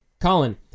Colin